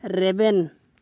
ᱨᱮᱵᱮᱱ